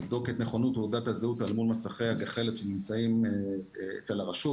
לבדוק את נכונות תעודת הזהות אל מול מסכי הגחלת שנמצאים אצל הרשות.